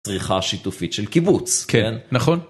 צריכה שיתופית של קיבוץ. כן. נכון.